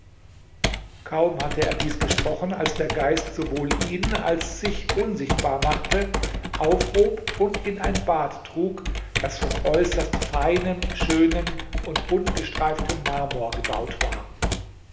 kaum hatte er dies gesprochen als der geist sowohl ihn als sich unsichtbar machte aufhob und in ein bad trug das von äußerst feinem schönem und buntgestreiftem marmor gebaut war